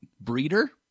Breeder